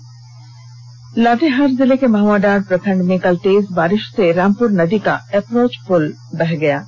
वहीं लातेहार जिले के महआडांड प्रखंड में कल तेज बारिष से रामपुर नदी का एप्रोच पुल बह गया है